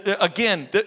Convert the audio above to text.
Again